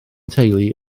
teulu